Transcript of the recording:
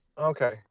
Okay